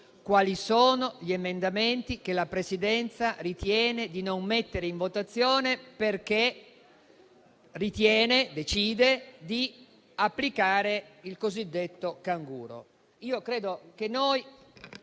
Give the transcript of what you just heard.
quali sono gli emendamenti che la Presidenza ritiene di non mettere in votazione perché decide di applicare il cosiddetto canguro.